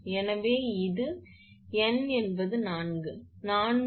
மற்றும் சரம் செயல்திறன் அது மொத்த மின்னழுத்தம் 38